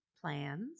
plans